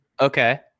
Okay